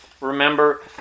remember